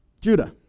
Judah